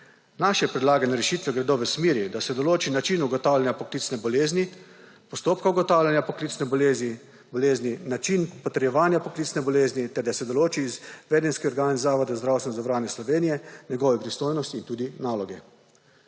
Naše predlagane rešitve gredo v smeri, da se določi način ugotavljanja poklicne bolezni, postopka ugotavljanja poklicne bolezni, način potrjevanja poklicne bolezni ter da se določi izvedenski organ Zavoda za zdravstveno zavarovanje Slovenije, njegove pristojnosti in tudi naloge.